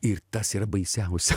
ir tas yra baisiausia